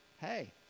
hey